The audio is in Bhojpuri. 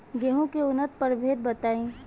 गेंहू के उन्नत प्रभेद बताई?